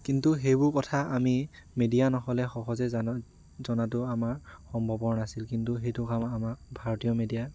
কিন্তু সেইবোৰ কথা আমি মিডিয়া নহ'লে সহজে জানো জনাতো আমাৰ সম্ভৱপৰ নাছিল কিন্তু সেইটো আমাৰ আমাৰ ভাৰতীয় মিডিয়াই